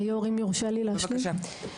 זה לא מדויק.